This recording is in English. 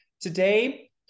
today